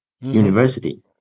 University